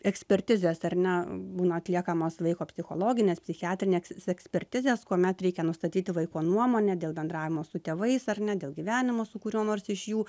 ekspertizės ar ne būna atliekamos vaiko psichologinės psichiatrinės ekspertizės kuomet reikia nustatyti vaiko nuomonę dėl bendravimo su tėvais ar ne dėl gyvenimo su kuriuo nors iš jų